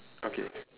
okay